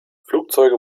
flugzeuge